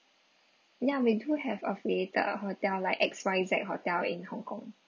ya we do have affiliated hotel like X Y Z hotel in hong kong